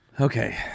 Okay